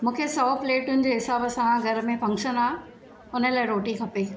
मूंखे सौ प्लेटुनि जे हिसाब सां घर में फंक्शन आहे उन लाइ रोटी खपे